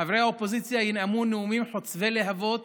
שחברי האופוזיציה ינאמו נאומים חוצבי להבות